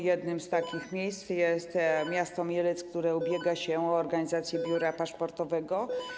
Jednym z takich miejsc jest miasto Mielec, które ubiega się o organizację biura paszportowego.